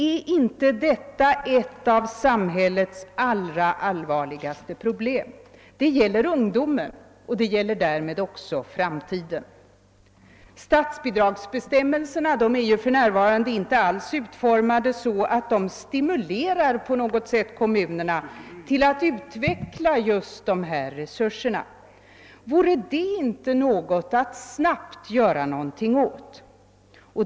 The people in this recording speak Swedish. Är inte detta ett av samhällets allra allvarligaste problem? Det gäller ungdomen, och det gäller därmed också framtiden. Statsbidragsbestämmelserna är för närvarande inte alls utformade så att de stimulerar kommunerna till att utveckla dessa resurser. Vore det inte något att snabbt göra någonting åt?